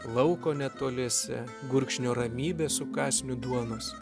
lauko netoliese gurkšnio ramybės su kąsniu duonos